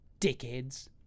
dickheads